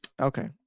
Okay